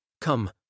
Come